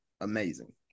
amazing